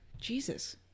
Jesus